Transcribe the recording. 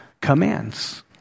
commands